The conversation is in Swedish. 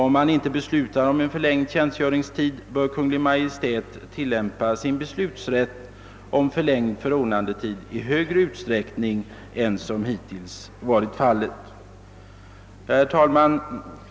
Om man inte beslutar om en förlängd tjänstgöringstid, bör Kungl. Maj:t tillämpa sin beslutsrätt om förlängd förordnandetid i större utsträckning än som hittills varit fallet. Herr talman!